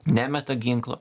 nemeta ginklo